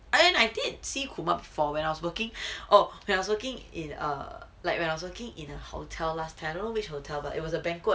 and I did see kumar before when I was working oh when I was working in err like when I was working in a hotel last time don't know which hotel but it was in a banquet